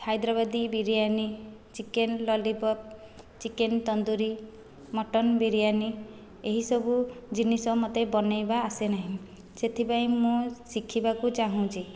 Hyderabadi biryani chicken lollipop chicken tandoori mutton biryani ଏହି ସବୁ ଜିନିଷ ମତେ ବନେଇଆବା ଆସେ ନାହିଁ ସେଥିପାଇଁ ମୁଁ ଶିଖିବାକୁ ଚାହୁଁଛି